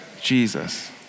Jesus